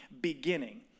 beginning